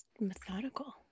methodical